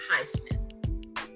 Highsmith